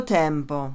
tempo